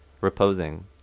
reposing